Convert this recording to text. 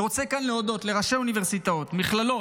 אני רוצה כאן להודות לראשי האוניברסיטאות, מכללות,